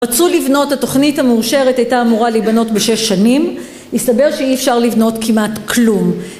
רצו לבנות, התוכנית המאושרת הייתה אמורה לבנות בשש שנים, הסתבר שאי אפשר לבנות כמעט כלום.